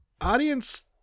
audience